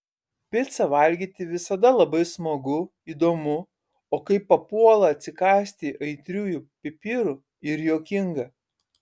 picą valgyti visada labai smagu įdomu o kai papuola atsikąsti aitriųjų pipirų ir juokinga